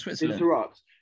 Interrupt